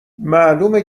معلومه